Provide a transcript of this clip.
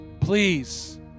Please